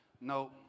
no